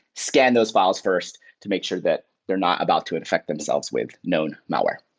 scan those files first to make sure that they're not about to infect themselves with known malware.